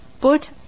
put